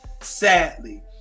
sadly